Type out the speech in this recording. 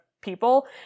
people